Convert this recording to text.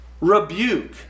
rebuke